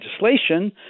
legislation